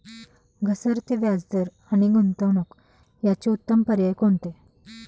घसरते व्याजदर आणि गुंतवणूक याचे उत्तम पर्याय कोणते?